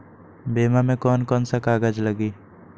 बीमा में कौन कौन से कागज लगी?